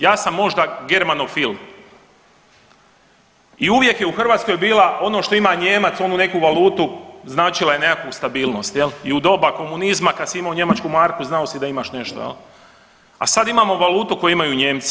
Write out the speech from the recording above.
Ja sam možda germanofil i uvijek je u Hrvatskoj bila ono što ima Nijemac, onu neku valutu značila je nekakvu stabilnost jel i u doba komunizma kad si imao njemačku marku znao si da imaš nešto jel, a sad imamo valutu koju imaju Nijemci.